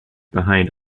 behind